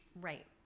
right